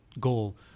goal